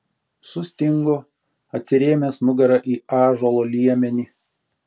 sustingo atsirėmęs nugara į ąžuolo liemenį